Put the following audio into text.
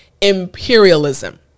imperialism